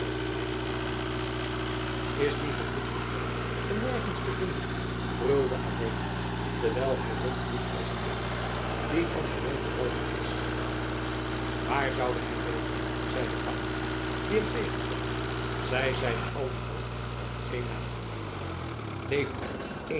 lijken voegde is die gevloekte graaf dan nergens te vinden brulde adeelen terwijl hij rondliep als een leeuwin die van haar jong beroofd is waar zoude hij wezen zeide cammingha die hem tegenkwam zij zijn allen dood op één na leeft er nog één